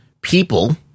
people